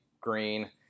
green